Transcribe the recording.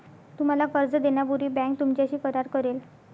तुम्हाला कर्ज देण्यापूर्वी बँक तुमच्याशी करार करेल